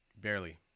Barely